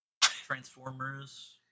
Transformers